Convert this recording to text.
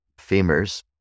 femurs